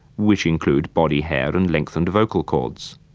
which include body hair and lengthened vocal cords.